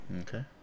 Okay